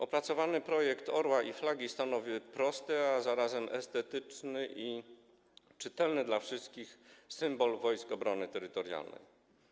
Opracowany projekt orła i flagi stanowi prosty, a zarazem estetyczny i czytelny dla wszystkich symbol Wojsk Obrony Terytorialnej.